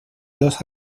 dos